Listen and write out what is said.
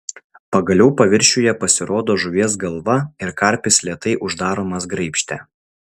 pagaliau paviršiuje pasirodo žuvies galva ir karpis lėtai uždaromas graibšte